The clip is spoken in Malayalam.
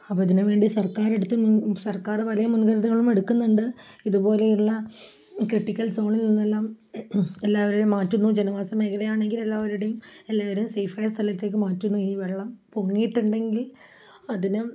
അപ്പോള് അതിനുവേണ്ടി സർക്കാർ വളരെ മുൻകരുതലുകളും എടുക്കുന്നുണ്ട് ഇതുപോലെയുള്ള ക്രിട്ടിക്കൽ സോണിൽ നിന്നെല്ലാം എല്ലാവരെയും മാറ്റുന്നു ജനവാസ മേഖലയാണെങ്കിൽ എല്ലാവരെയും സേയിഫായ സ്ഥലത്തേക്ക് മാറ്റുന്നു ഈ വെള്ളം പൊങ്ങിയിട്ടുണ്ടെങ്കിൽ അതിന്